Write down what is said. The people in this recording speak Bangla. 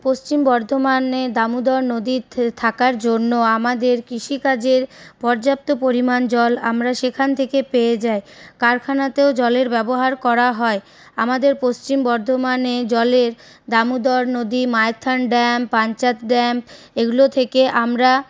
পশ্চিম বর্ধমানে দামোদর নদী থাকার জন্য আমাদের কৃষি কাজের পর্যাপ্ত পরিমাণ জল আমরা সেখান থেকে পেয়ে যাই কারখানাতেও জলের ব্যবহার করা হয় আমাদের পশ্চিম বর্ধমানে জলের দামোদর নদী মাইথন ড্যাম পাঞ্চেৎ ড্যাম এগুলো থেকে আমরা